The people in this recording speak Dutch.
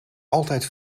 altijd